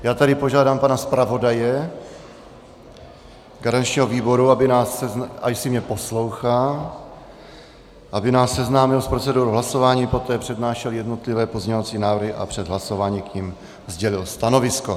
Já tedy požádám pana zpravodaje garančního výboru, jestli mě poslouchá, aby nás seznámil s procedurou hlasování, poté přednášel jednotlivé pozměňovací návrhy a před hlasováním k nim sdělil stanovisko.